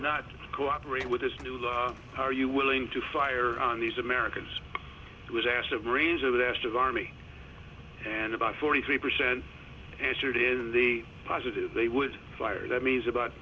not cooperate with this new law are you willing to fire on these americans was asked of marines are there still are me and about forty three percent answered in the positive they would fire that means about